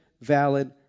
valid